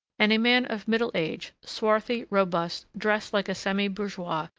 and a man of middle age, swarthy, robust, dressed like a semi-bourgeois,